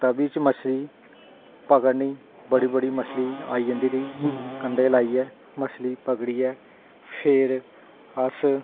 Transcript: तवी च मच्छी पकड़नी बड़ी बड़ी मच्छी आंदी रेही कंडै लाइयै मच्छी पकड़ियै फिर अस